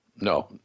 no